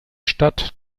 stadt